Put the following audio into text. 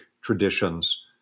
traditions